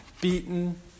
beaten